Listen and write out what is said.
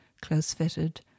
close-fitted